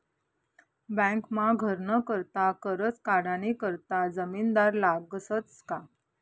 बँकमा घरनं करता करजं काढानी करता जामिनदार लागसच का